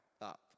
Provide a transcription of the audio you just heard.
up